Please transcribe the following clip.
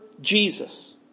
Jesus